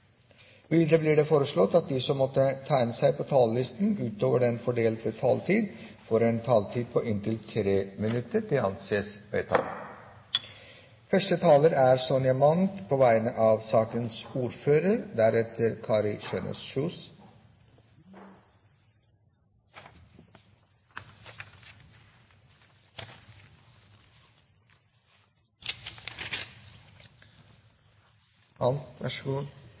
Videre blir det foreslått at de som måtte tegne seg på talerlisten utover den fordelte taletid, får en taletid på inntil 3 minutter. – Det anses vedtatt. Første taler er Sonja Mandt, på vegne av sakens ordfører,